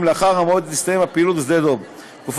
לאחר המועד שבו תסתיים הפעילות בשדה-דב.